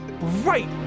Right